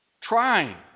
Trying